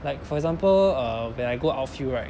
like for example err when I go outfield right